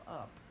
up